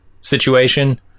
situation